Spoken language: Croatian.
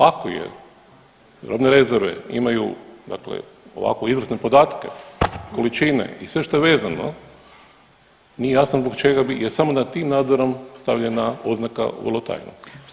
Ako je, robne rezerve imaju dakle ovako izvrsne podatke, količine i sve što je vezano nije jasno zbog čega bi, jer je samo nad tim nadzorom stavljena oznaka „vrlo tajno“